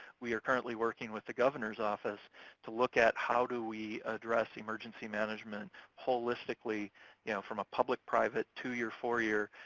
we are currently working with the governor's office to look at how do we address emergency management holistically yeah from a public, private, two-year, four-year.